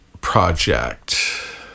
project